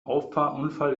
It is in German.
auffahrunfall